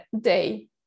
day